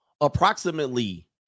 Approximately